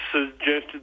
suggested